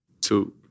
Two